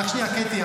רק שנייה, קטי.